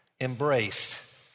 embraced